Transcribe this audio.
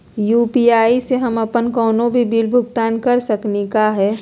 UPI स हम अप्पन कोनो भी बिल भुगतान कर सकली का हे?